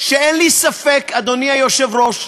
שאין לי ספק, אדוני היושב-ראש,